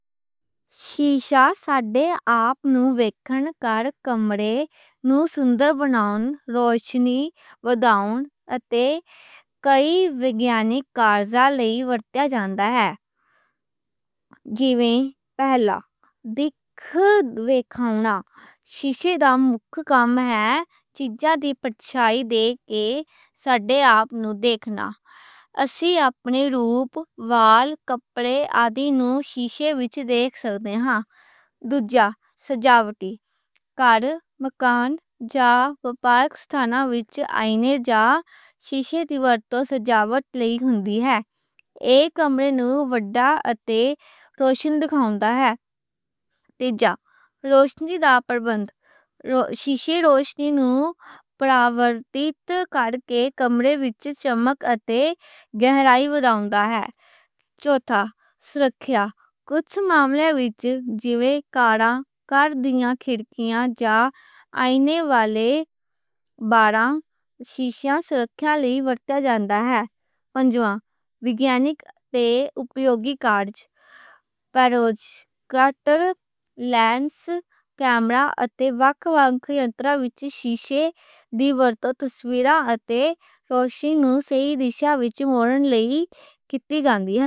شیشا سبھے اپݨوں ویکھن، کمرے نوں سندر بناؤن، روشنی وداؤن اتے کئی وگیانک تے یوگک کارجاں لئی ورتیا جاندا ہے۔ جویں پہلا، پڑچھائیں ویکھاؤنا۔ شیشے دا مک کام ہے، چیزاں دی پڑچھائیں دے کے ساڈے اپݨوں ویکھنا۔ اسی اپنے روپ، وال، کپڑے آدی نوں شیشے وِچ ویکھ سکدے ہاں۔ دوجھا، سجاوٹی، کار، مکان جاں وپارک ستانا وِچ آئینے جاں شیشے دی ورتوں سجاوٹ لئی ہوندی ہے، اک کمرے نوں وڈا اتے روشن ویکھاؤنا ہے۔ تیجا، روشنی دا پرَبندھ، شیشے روشنی نوں پراورتت کرکے کمریاں وِچ چمک اتے گہرائی وداؤن دا ہے۔ چوٹھا، سرکھیا، کجھ معاملے وِچ جویں کاراں، کار دیاں کھڑکیاں جاں آئنے والے باراں شیشے سرکھیا لئی ورتے جاندے ہن۔ پنجواں، وگیانک تے یوگک کارج، شیشے دی ورتوں تصویراں تے فوٹوئیں لئی اتے روشنی نوں صحیح دشا وِچ مولّن لئی کیتی جاندی ہے۔